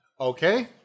Okay